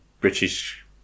British